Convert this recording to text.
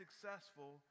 successful